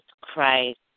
Christ